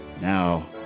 Now